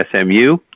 SMU